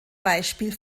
beispiel